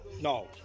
No